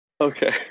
Okay